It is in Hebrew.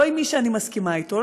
לא עם מי שאני מסכימה אתו,